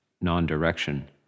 non-direction